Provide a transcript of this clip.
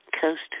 Coast